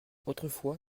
autrefois